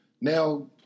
now